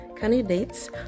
Candidates